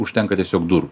užtenka tiesiog durų